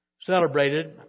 celebrated